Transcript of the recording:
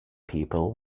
people